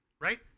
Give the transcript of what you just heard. right